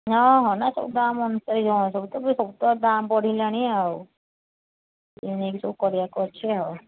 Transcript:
ହଁ ହଁ ନା ସବୁ ଦାମ୍ ଅନୁସାରେ ଯାହା ସବୁ ତ ସବୁ ତ ଦାମ୍ ବଢ଼ିଲାଣି ଆଉ ଏଇ ନେଇକି ସବୁ କରିବାକୁ ଅଛି ଆଉ